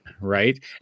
Right